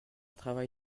travail